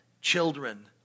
children